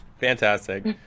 fantastic